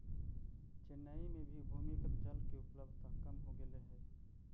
चेन्नई में भी भूमिगत जल के उपलब्धता कम हो गेले हई